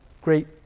great